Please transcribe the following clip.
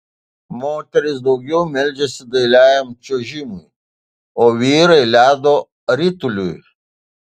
moterys daugiau meldžiasi dailiajam čiuožimui o vyrai ledo rituliui